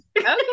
okay